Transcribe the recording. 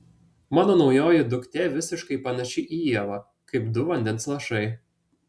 mano naujoji duktė visiškai panaši į ievą kaip du vandens lašai